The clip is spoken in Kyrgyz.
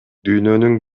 дүйнөнүн